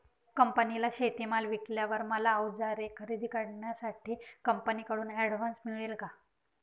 कंपनीला शेतीमाल विकल्यावर मला औजारे खरेदी करण्यासाठी कंपनीकडून ऍडव्हान्स मिळेल का?